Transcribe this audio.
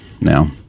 Now